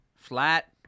Flat